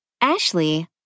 Ashley